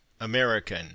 American